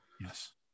Yes